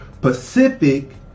Pacific